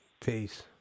Peace